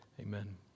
Amen